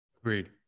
Agreed